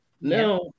Now